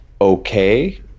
okay